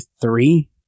three